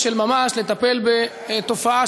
תודה רבה.